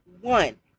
one